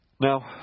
Now